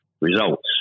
results